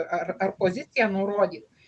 ar ar poziciją nurodyt